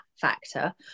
factor